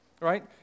right